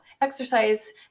exercise